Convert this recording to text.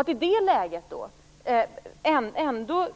Att i det läget ändå